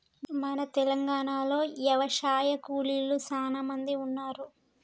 మన తెలంగాణలో యవశాయ కూలీలు సానా మంది ఉన్నారు